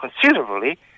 considerably